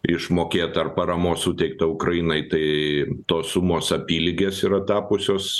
išmokėta ar paramos suteikta ukrainai tai tos sumos apylygės yra tapusios